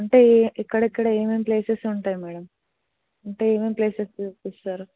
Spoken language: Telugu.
అంటే ఏ ఎక్కడ ఎక్కడ ఏమేమి ప్లేసెస్ ఉంటాయి మ్యాడమ్ అంటే ఏమేమి ప్లేసెస్ చూపిస్తారు